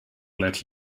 let